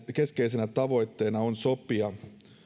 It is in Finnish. keskeisenä tavoitteena on sopia